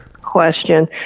question